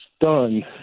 done